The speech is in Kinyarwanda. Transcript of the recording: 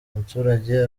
umuturage